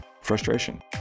frustration